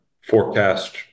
forecast